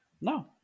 No